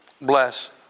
bless